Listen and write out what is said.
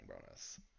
bonus